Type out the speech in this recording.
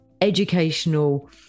educational